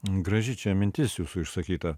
graži čia mintis jūsų išsakyta